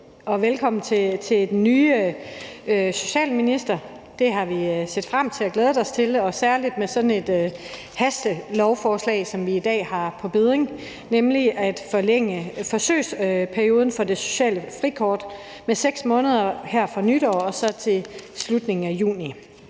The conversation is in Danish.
velkommen til den nye socialminister. Det har vi set frem til og glædet os til, og særlig med sådan et hastelovforslag, som vi i dag har på bedding, nemlig om at forlænge forsøgsperioden for det sociale frikort med 6 måneder her fra nytår og til slutningen af juni.